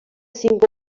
cinc